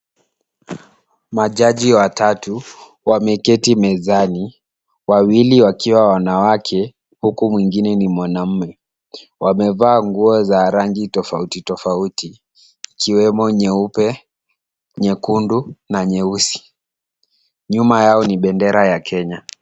Majaji watatu wameketi mezani, wawili wakiwa wanawake huku mwingine ni mwanaume. Wamevaa nguo za rangi tofauti tofauti ikiwemo nyeupe, nyekundu na nyeusi. Nyuma yao ni bendera ya Kenya.